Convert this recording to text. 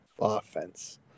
offense